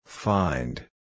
Find